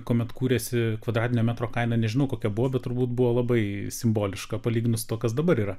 kuomet kūrėsi kvadratinio metro kaina nežinau kokia buvo bet turbūt buvo labai simboliška palyginus su tuo kas dabar yra